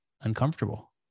uncomfortable